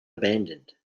abandoned